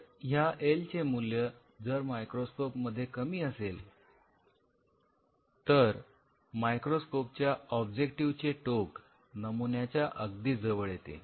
तर ह्या एल चे मूल्य जर मायक्रोस्कोप मध्ये कमी असेल तर मायक्रोस्कोप च्या ऑब्जेक्टिव्ह चे टोक नमुन्याच्या अगदी जवळ येते